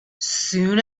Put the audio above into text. soon